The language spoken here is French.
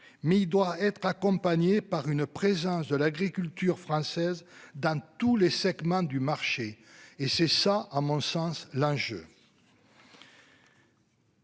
mais il doit être accompagné par une présence de l'agriculture française dans tous les segments du marché et c'est ça, à mon sens l'enjeu.